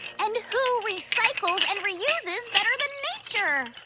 and who recycles and reuses better than nature?